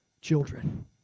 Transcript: children